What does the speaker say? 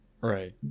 Right